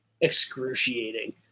Excruciating